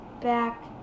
back